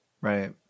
right